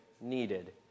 needed